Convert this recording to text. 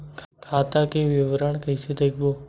खाता के विवरण कइसे देखबो?